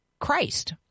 Christ